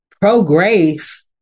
pro-grace